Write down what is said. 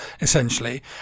essentially